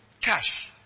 cash